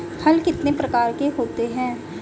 हल कितने प्रकार के होते हैं?